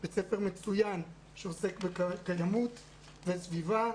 בית ספר מצוין שעוסק בקיימות וסביבה,